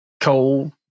cold